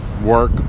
work